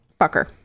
fucker